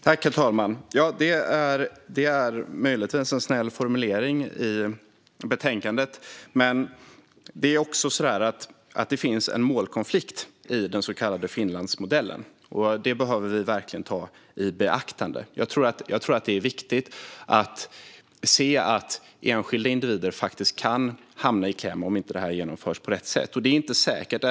Herr talman! Det är möjligtvis en snäll formulering i betänkandet. Men det finns en målkonflikt i den så kallade Finlandsmodellen. Det behöver vi verkligen ta i beaktande. Jag tror att det är viktigt att se att enskilda individer kan hamna i kläm om det inte genomförs på rätt sätt.